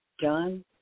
done